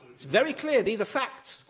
it's very clear these are facts.